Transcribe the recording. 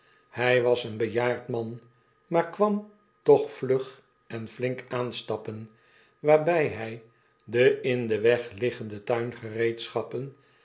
hy was een bejaard man maar kwam toch vlug en flink aanstappen waarby hy de in den weg liggende